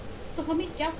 तो हमें क्या करना है